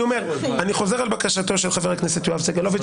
אני חוזר על בקשתו של חבר הכנסת יואב סגלוביץ',